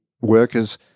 workers